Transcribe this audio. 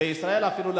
בישראל אפילו,